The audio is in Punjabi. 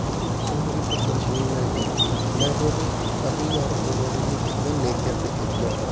ਹਾਂ ਮੈਂ ਕਈ ਵਾਰੀ ਪਰਦਰਸ਼ਨੀ ਮੈਂ ਕੀਤੀ ਹੈ ਮੈਂ ਕਿਉਂਕਿ ਕਾਫੀ ਵਾਰ ਫੋਟੋਆਂ ਜਿਹੜੀਆਂ ਖਿੱਚਦਾ ਨੇਚਰ 'ਤੇ ਖਿੱਚਦਾ ਹਾਂ